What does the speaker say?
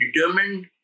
determined